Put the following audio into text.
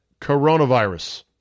coronavirus